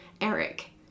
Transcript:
Eric